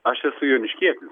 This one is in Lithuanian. aš esu joniškietis